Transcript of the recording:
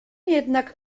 jednak